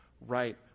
right